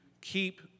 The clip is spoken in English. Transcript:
keep